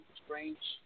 strange